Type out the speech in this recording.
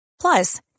Plus